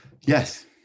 yes